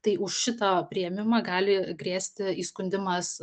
tai už šitą priėmimą gali grėsti įskundimas